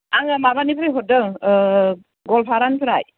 आङो माबानिफ्राय हरदों गलपारानिफ्राय